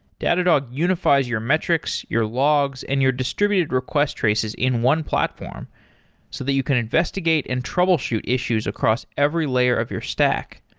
datadog unifi es your metrics, your logs and your distributed request traces in one platform so that you can investigate and troubleshoot issues across every layer of your stack.